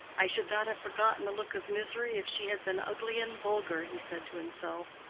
i should not have forgotten the look of misery if she had been ugly and vulgar, he said to himself.